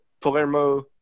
palermo